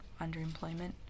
underemployment